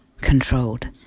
controlled